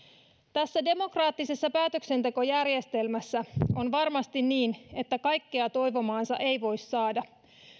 tässä demokraattisessa päätöksentekojärjestelmässä on varmasti niin että kaikkea toivomaansa ei voi saada